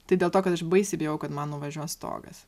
tai dėl to kad aš baisiai bijojau kad man nuvažiuos stogas